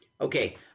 Okay